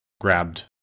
grabbed